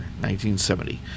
1970